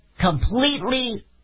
completely